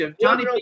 Johnny